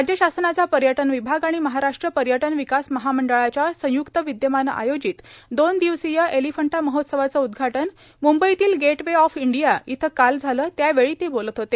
राज्य शासनाचा पर्यटन विभाग आणि महाराष्ट्र पर्यटन विकास महामंडळाच्या संय्क्त विद्यमाने आयोजित दोन दिवसीय एलिफंटा महोत्सवाचे उदघाटन मुंबईतील गेट वे ऑफ इंडिया इथं काल झाल त्यावेळी ते बोलत होते